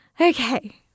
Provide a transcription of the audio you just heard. Okay